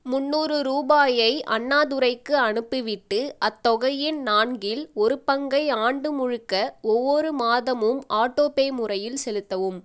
முன்னூறு ரூபாயை அண்ணாதுரைக்கு அனுப்பிவிட்டு அத்தொகையின் நான்கில் ஒரு பங்கை ஆண்டு முழுக்க ஒவ்வொரு மாதமும் ஆட்டோபே முறையில் செலுத்தவும்